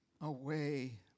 away